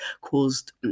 caused